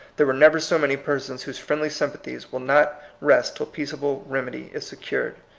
there were never so many persons whose friendly sympathies will not rest till peaceable remedy is secured.